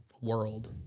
world